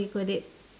we could it